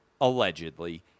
allegedly